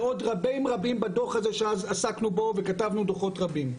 ועוד רבים בדו"ח הזה שאז עסקנו בו וכתבנו דוחות רבים.